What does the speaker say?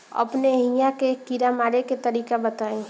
अपने एहिहा के कीड़ा मारे के तरीका बताई?